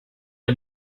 him